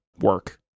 work